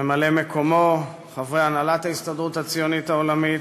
ממלא-מקומו, חברי הנהלת ההסתדרות הציונית העולמית,